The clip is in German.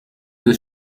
des